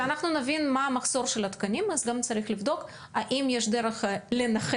כשאנחנו נבין מה המחסור של התקנים אז גם צריך לבדוק האם יש דרך לנכס,